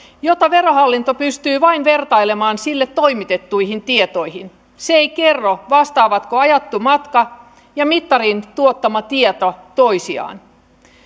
jota verohallinto pystyy vain vertailemaan sille toimitettuihin tietoihin se ei kerro vastaavatko ajettu matka ja mittarin tuottama tieto toisiaan